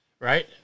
Right